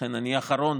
לכן אני האחרון